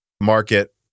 market